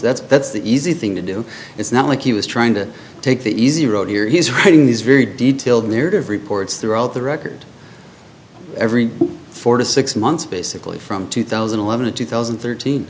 that's that's the easy thing to do it's not like he was trying to take the easy road here he's writing these very detailed myriad of reports throughout the record every four to six months basically from two thousand and eleven to two thousand and thirt